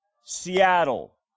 seattle